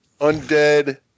undead